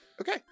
Okay